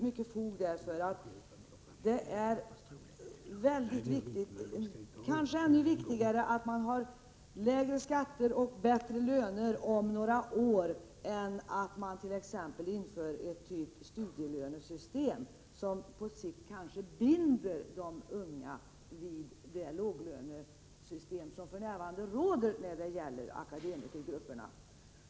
Det är kanske viktigast att de studerande har lägre skatter och bättre löner om några år än att vi t.ex. har ett studielönesystem som på sikt kanske binder de unga vid det låglönesystem som akademikergrupperna för närvarande har att räkna med.